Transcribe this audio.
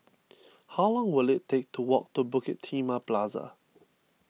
how long will it take to walk to Bukit Timah Plaza